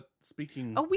speaking